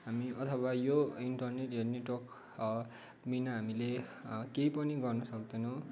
हामी अथवा यो इन्टरनेट यो नेटवर्क बिना हामीले केही पनि गर्न सक्दैनौँ